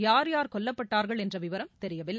யார் யார் கொல்லப்பட்டார்கள் என்ற விவரம் தெரியவில்லை